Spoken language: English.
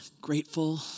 grateful